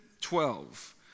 twelve